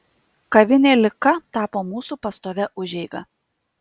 kavinė lika tapo mūsų pastovia užeiga